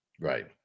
Right